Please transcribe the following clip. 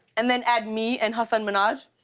and then add me and hasan minhaj,